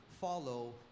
follow